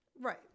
right